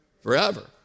Forever